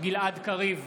גלעד קריב,